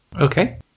Okay